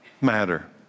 matter